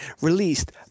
released